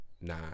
Nah